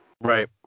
Right